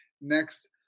next